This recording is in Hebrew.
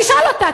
תשאל אותה.